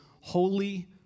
holy